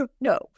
No